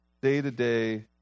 day-to-day